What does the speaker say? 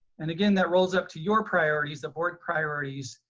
and again that rolls up to your priorities, the board priorities.